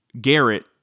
Garrett